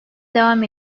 devam